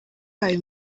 ayo